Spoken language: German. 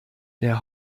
der